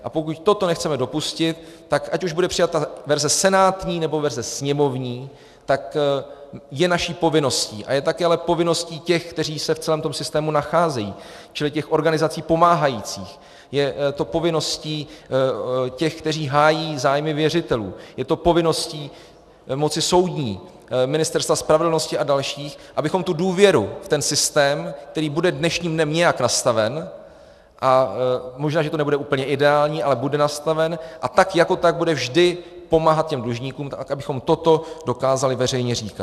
A pokud toto nechceme dopustit, tak ať už bude přijata verze senátní, nebo verze sněmovní, tak je naší povinností a je také povinností těch, kteří se v celém tom systému nacházejí, čili těch organizací pomáhajících, je to povinností těch, kteří hájí zájmy věřitelů, je to povinností té moci soudní, Ministerstva spravedlnosti a dalších, abychom tu důvěru, ten systém, který bude dnešním dnem nějak nastaven, a možná, že to nebude úplně ideální, ale bude nastaven, a tak jako tak bude vždy pomáhat těm dlužníkům, tak abychom toto dokázali veřejně říkat.